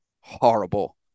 horrible